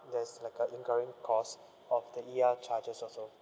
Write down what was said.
there's like a incurring cost of the E_R charges also